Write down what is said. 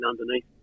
underneath